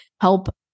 help